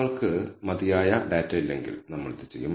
നിങ്ങൾക്ക് മതിയായ ഡാറ്റ ഇല്ലെങ്കിൽ നമ്മൾ ഇത് ചെയ്യും